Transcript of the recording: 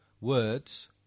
Words